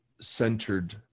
centered